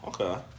Okay